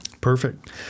Perfect